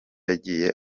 yagiye